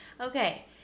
Okay